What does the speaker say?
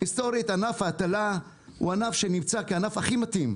היסטורית ענף ההטלה הוא כענף שנמצא הכי מתאים.